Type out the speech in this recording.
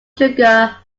sugar